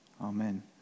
Amen